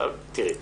תראי,